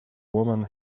woman